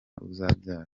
uzabyara